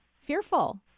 fearful